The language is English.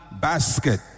basket